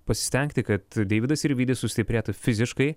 pasistengti kad deividas sirvydis sustiprėtų fiziškai